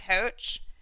coach